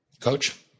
Coach